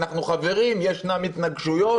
אנחנו חברים, ישנן התנגשויות